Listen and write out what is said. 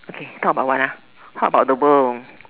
okay talk about what ah talk about the world